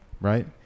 right